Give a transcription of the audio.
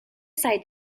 side